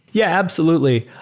yeah, absolutely.